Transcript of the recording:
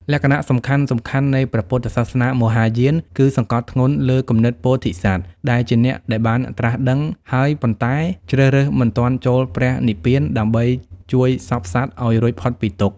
លក្ខណៈសំខាន់ៗនៃព្រះពុទ្ធសាសនាមហាយានគឺ សង្កត់ធ្ងន់លើគំនិតពោធិសត្វ ដែលជាអ្នកដែលបានត្រាស់ដឹងហើយ ប៉ុន្តែជ្រើសរើសមិនទាន់ចូលព្រះនិព្វាន ដើម្បីជួយសព្វសត្វឱ្យរួចផុតពីទុក្ខ។